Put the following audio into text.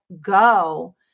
go